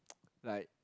like